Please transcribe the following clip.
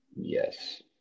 Yes